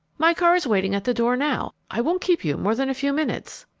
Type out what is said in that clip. my car is waiting at the door now. i won't keep you more than a few minutes.